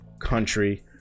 country